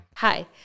Hi